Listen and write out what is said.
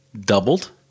doubled